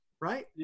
right